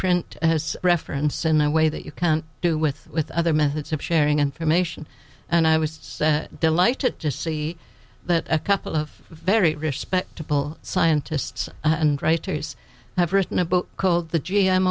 print as reference in a way that you can do with with other methods of sharing information and i was delighted to see that a couple of very respectable scientists and writers have written a book called the g m